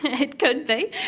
it could be,